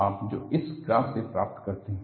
आप जो इस ग्राफ से प्राप्त करते हैं